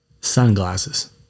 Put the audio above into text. Sunglasses